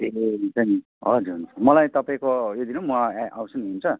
ए हुन्छ नि हजुर हुन्छ मलाई तपाईँको यो दिनु म आउँछु नि हुन्छ